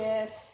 Yes